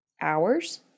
hours